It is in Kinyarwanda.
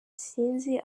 sinzi